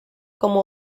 como